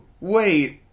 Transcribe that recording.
Wait